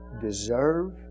deserve